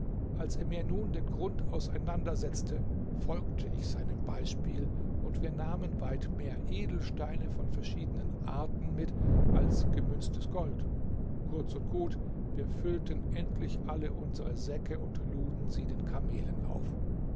als er mir nun den grund auseinandersetzte folgte ich seinem beispiel und wir nahmen weit mehr edelsteine von verschiedenen arten mit als gemünztes gold kurz und gut wir füllten endlich alle unsere säcke und luden sie den kamelen auf